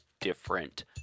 different